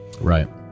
right